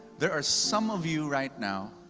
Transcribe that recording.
there are some of you right now,